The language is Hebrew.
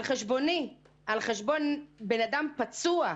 כל זה על חשבוני, על חשבון אדם פצוע.